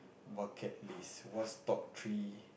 bucket list what's top three